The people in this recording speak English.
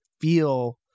feel